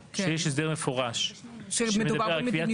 אמרנו שסדרי עדיפויות זה דבר כללי ותוכניות